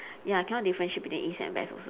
ya I cannot differentiate between east and west also